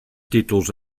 títols